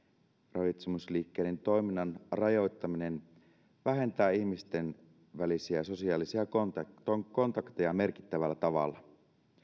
ravitsemusliikkeiden toiminnan rajoittaminen vähentää ihmisten välisiä sosiaalisia kontakteja merkittävällä tavalla